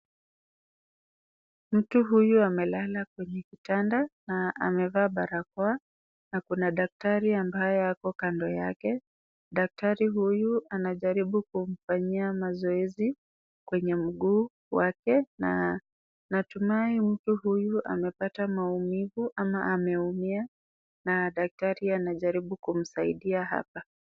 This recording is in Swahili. Mtu huyu amelala kwenye kitanda na amevaa barakoa na kuna daktari ambaye ako kando yake. Daktari huyu anajaribu kumfanyia mazoezi kwenye mguu wake na natumai mtu huyu amepata maumivu ama ameumia na daktari anajaribu kumsaidia hapa.